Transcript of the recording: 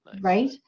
right